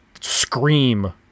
scream